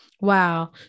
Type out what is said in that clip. Wow